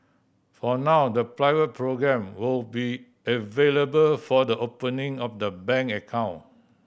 for now the pilot programme will be available for the opening of the bank account